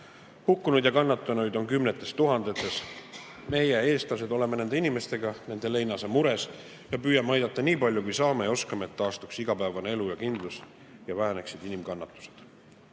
Hukkunuid ja kannatanuid on kümnetes tuhandetes. Meie, eestlased, oleme nende inimestega nende leinas ja mures ning püüame aidata nii palju, kui saame ja oskame, et taastuks igapäevane elu ja kindlus ja väheneksid inimkannatused. Pea